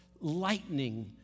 lightning